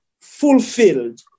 fulfilled